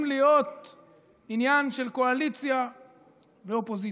להיות עניין של קואליציה ואופוזיציה.